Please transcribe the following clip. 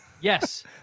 yes